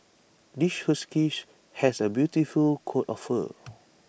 this has A beautiful coat of fur